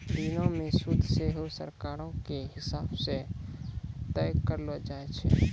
ऋणो पे सूद सेहो सरकारो के हिसाब से तय करलो जाय छै